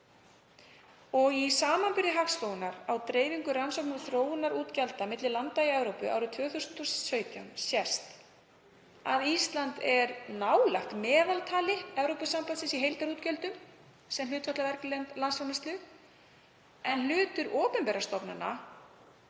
Í samanburði Hagstofunnar á dreifingu rannsókna- og þróunarútgjalda milli landa í Evrópu árið 2017 sést að Ísland er nálægt meðaltali Evrópusambandsins í heildarútgjöldum sem hlutfalli af vergri landsframleiðslu en hlutur opinberra stofnana